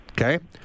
Okay